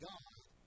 God